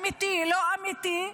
אמיתי או לא אמיתי,